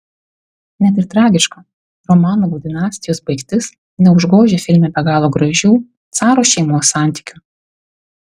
net ir tragiška romanovų dinastijos baigtis neužgožia filme be galo gražių caro šeimos santykių